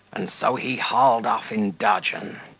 and so he hauled off in dudgeon.